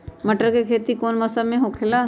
मटर के खेती कौन मौसम में होखेला?